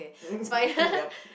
yup